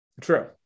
True